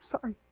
sorry